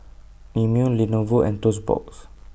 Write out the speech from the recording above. Mimeo Lenovo and Toast Box